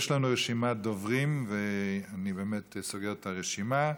יש לנו רשימת דוברים, ואני באמת סוגר את הרשימה.